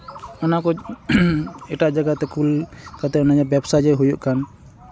ᱚᱱᱟᱠᱚ ᱮᱴᱟᱜ ᱡᱟᱭᱜᱟ ᱛᱮ ᱠᱩᱞ ᱠᱟᱛᱮᱫ ᱱᱤᱭᱟᱹ ᱵᱮᱵᱽᱥᱟ ᱡᱮ ᱦᱩᱭᱩᱜ ᱠᱟᱱ